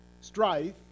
strife